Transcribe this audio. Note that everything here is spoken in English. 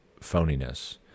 phoniness